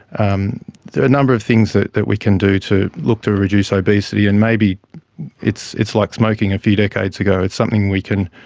um there are a number of things that that we can do to look to reduce obesity. and maybe it's it's like smoking a few decades ago, it's something we can